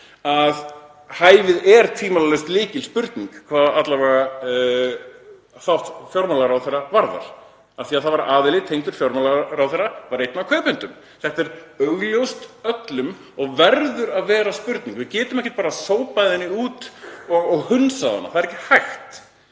að hæfið er tvímælalaust lykilspurning, alla vega hvað þátt fjármálaráðherra varðar af því að aðili tengdur fjármálaráðherra var einn af kaupendum. Þetta er augljóst öllum og verður að vera spurning. Við getum ekki bara sópað henni út og hunsað hana. Það er ekki hægt.